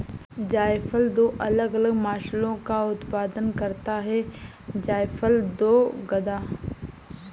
जायफल दो अलग अलग मसालों का उत्पादन करता है जायफल और गदा